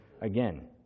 again